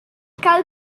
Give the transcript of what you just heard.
gael